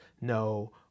no